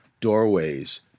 doorways